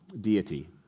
deity